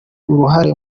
uruhare